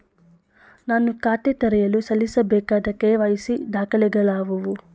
ನಾನು ಖಾತೆ ತೆರೆಯಲು ಸಲ್ಲಿಸಬೇಕಾದ ಕೆ.ವೈ.ಸಿ ದಾಖಲೆಗಳಾವವು?